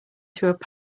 through